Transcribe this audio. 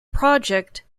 project